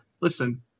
listen